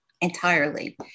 entirely